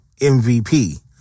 MVP